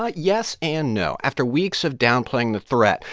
but yes and no. after weeks of downplaying the threat,